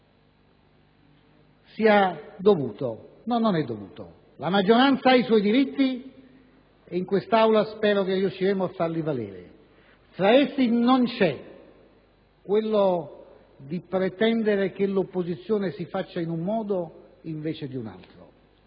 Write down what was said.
sia dovuto. No, non è dovuto: la maggioranza ha i suoi diritti e in questa Aula spero che riusciremo a farli valere, ma fra essi non c'è quello di pretendere che l'opposizione si faccia in un modo invece di un altro.